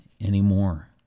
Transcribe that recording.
anymore